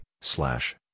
Slash